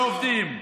ועובדים.